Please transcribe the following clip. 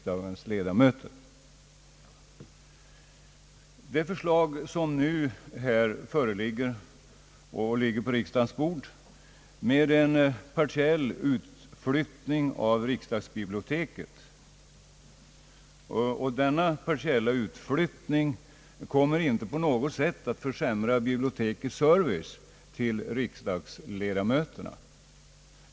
Det förslag som nu ligger på riksdagens bord om en partiell utflyttning av riksdagsbiblioteket kommer inte på något sätt att försämra bibliotekets service till riksdagsledamöterna.